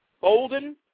Bolden